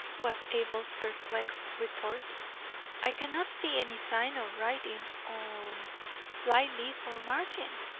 was abel's perplexed retort i cannot see any sign of writing on flyleaf or margin.